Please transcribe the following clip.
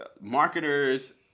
marketers